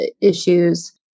issues